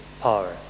power